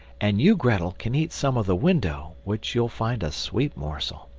and you, grettel, can eat some of the window, which you'll find a sweet morsel.